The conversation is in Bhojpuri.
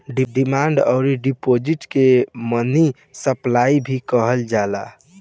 डिमांड अउर डिपॉजिट के मनी सप्लाई भी कहल जाला